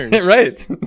Right